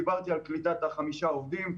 דיברתי על קליטת חמישה עובדים,